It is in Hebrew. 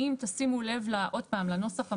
אם תשימו לב, עוד פעם, לנוסח המשולב,